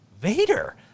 Vader